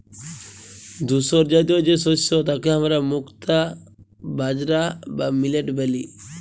ধূসরজাতীয় যে শস্য তাকে হামরা মুক্তা বাজরা বা মিলেট ব্যলি